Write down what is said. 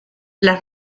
las